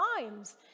times